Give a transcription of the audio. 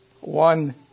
one